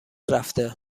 رفته